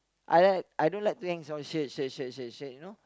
I like I don't like to hangs all shirt shirt shirt shirt shirt you know